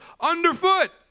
underfoot